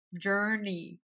journey